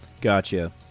gotcha